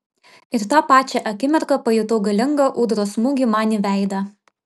ir tą pačią akimirką pajutau galingą ūdros smūgį man į veidą